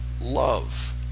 Love